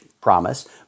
promise